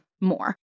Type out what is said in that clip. more